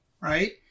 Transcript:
Right